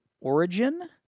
origin